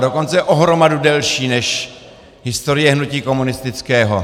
Dokonce o hromadu delší než historie hnutí komunistického.